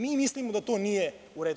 Mi mislimo da to nije u redu.